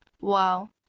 Wow